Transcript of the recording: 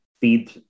feed